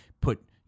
put